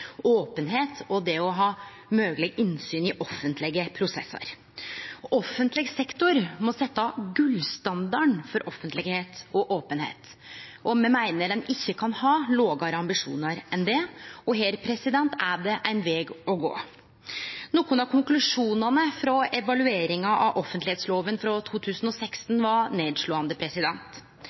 openheit og at det er mogeleg å ha innsyn i offentlege prosessar. Offentleg sektor må setje gullstandarden for offentlegheit og openheit, og me meiner han ikkje kan ha lågare ambisjonar enn det – og her er det ein veg å gå. Nokre av konklusjonane frå evalueringa av offentleglova i 2016 var nedslåande: